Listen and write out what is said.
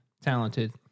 talented